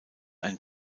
ein